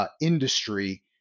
Industry